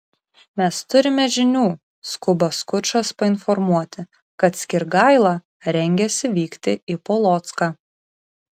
mes turime žinių skuba skučas painformuoti kad skirgaila rengiasi vykti į polocką